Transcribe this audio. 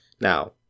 Now